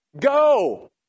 Go